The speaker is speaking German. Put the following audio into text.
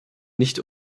nicht